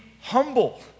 humble